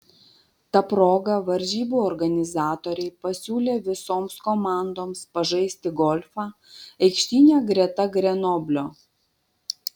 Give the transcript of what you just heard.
ta proga varžybų organizatoriai pasiūlė visoms komandoms pažaisti golfą aikštyne greta grenoblio